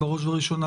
בראש ובראשונה,